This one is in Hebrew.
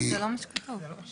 אלא 40% שיחתים אותם על פנייה.